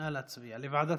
לוועדת